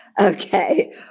Okay